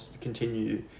continue